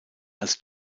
als